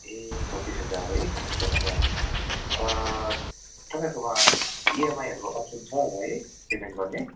ए छब्बिस हजार है अच्छा अच्छा तपाईँहरूकोमा इएमआईहरूको अप्सन छ होला है पेमेन्ट गर्ने